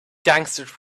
gangsters